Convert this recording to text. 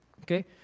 Okay